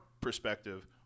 perspective